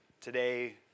today